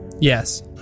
Yes